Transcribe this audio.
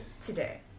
Today